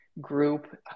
group